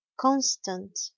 constant